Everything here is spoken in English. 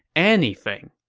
anything.